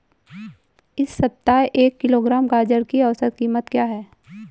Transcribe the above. इस सप्ताह एक किलोग्राम गाजर की औसत कीमत क्या है?